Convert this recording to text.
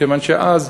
כיוון שאז,